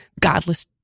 Godless